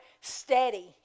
steady